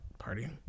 partying